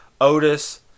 Otis